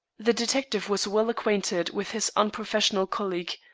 the detective was well acquainted with his unprofessional colleague,